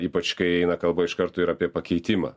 ypač kai eina kalba iš karto ir apie pakeitimą